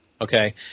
Okay